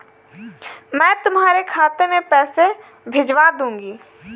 मैं तुम्हारे खाते में पैसे भिजवा दूँगी